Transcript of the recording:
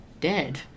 dead